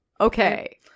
okay